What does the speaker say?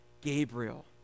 Gabriel